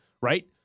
Right